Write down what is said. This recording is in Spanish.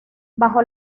bajo